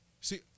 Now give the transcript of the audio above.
See